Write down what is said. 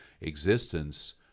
existence